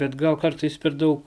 bet gal kartais per daug